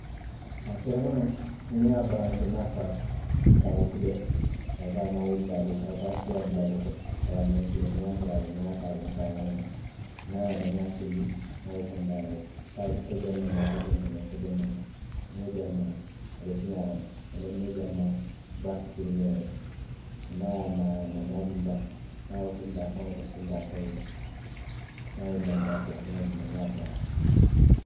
Haa telefonoo niŋ i ye a baransee niŋ a faata, i ka a wutu le, a ye taa maabo dulaa doo to, a ye taa siyaa dulaa doo to, a ye a manipilee niŋ n ŋa a tara a bulu n ko a ye naa naŋ, niŋ a naata n ŋa a siindi, n ŋa a yitandi a la i ka jaŋ ne maa i ka jaŋ ne maa i ka jaŋ ne maa niŋ i ye jaŋ maa, a be tiñaa la le walla niŋ i ye jaŋ maa, i be a sipirimee la le niŋ a ye a maa a ye a maa niŋ a dunta niŋ a be funti la a faŋo le be funti la a faŋ ye niŋ a ye i bandii a ye telefonoo dii n na ŋa a baransee